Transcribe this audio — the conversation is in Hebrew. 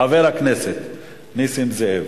חבר הכנסת נסים זאב.